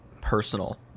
personal